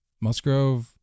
Musgrove